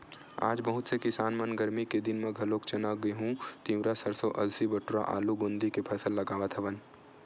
आज बहुत से किसान मन गरमी के दिन म घलोक चना, गहूँ, तिंवरा, सरसो, अलसी, बटुरा, आलू, गोंदली के फसल लगावत हवन